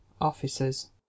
officers